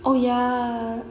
oh ya